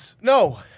No